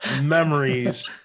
memories